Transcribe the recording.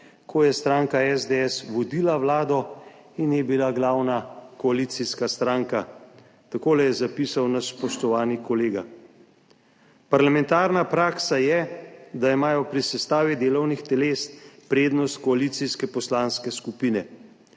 ko je stranka SDS vodila Vlado in je bila glavna koalicijska stranka. Takole je zapisal naš spoštovani kolega: »Parlamentarna praksa je, da imajo pri sestavi delovnih teles prednost koalicijske poslanske skupine.